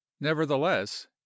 nevertheless